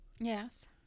Yes